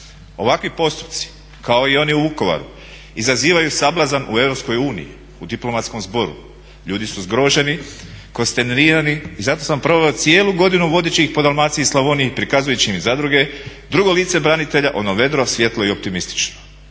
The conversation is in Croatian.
Ovakvi postupci kao i oni u Vukovaru izazivaju sablazan u EU, u diplomatskom zboru, ljudi su zgroženi, …/Govornik se ne razumije./… i zato sam proveo cijelu godinu vodeći ih po Dalmaciji i Slavoniji prikazujući im zadruge, drugo lice branitelja ono vedro, svjetlo i optimistično.